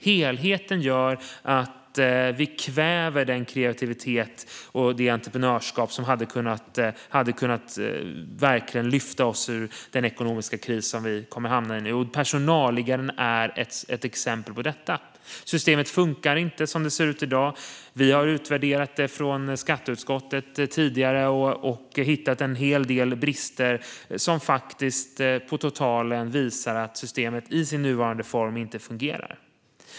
Helheten gör att vi kväver den kreativitet och det entreprenörskap som verkligen hade kunnat lyfta oss ur den ekonomiska kris som vi kommer att hamna i nu. Personalliggarsystemet är ett exempel på detta. Systemet funkar inte som det ser ut i dag. Vi har utvärderat det tidigare i skatteutskottet och hittat en hel del brister som faktiskt på totalen visar att systemet i sin nuvarande form inte fungerar.